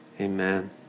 amen